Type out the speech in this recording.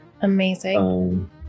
Amazing